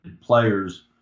players